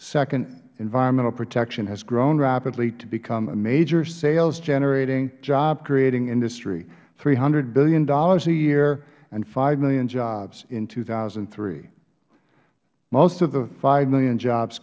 second environmental protection has grown rapidly to become a major sales generating job creating industry three hundred dollars billion a year and five million jobs in two thousand and three most of the five million jobs